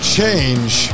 change